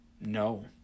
no